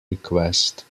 request